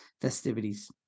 festivities